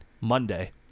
Monday